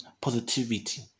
positivity